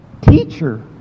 Teacher